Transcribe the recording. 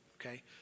okay